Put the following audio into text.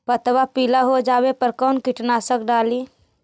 पतबा पिला हो जाबे पर कौन कीटनाशक डाली?